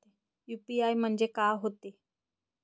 UPI म्हणजे का होते?